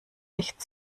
echt